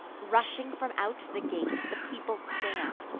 rushing from out the gate, the people stand,